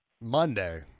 Monday